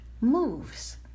moves